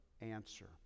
answer